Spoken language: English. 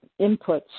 inputs